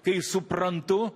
kai suprantu